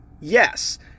Yes